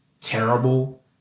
terrible